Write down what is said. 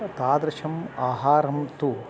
तादृशम् आहारं तु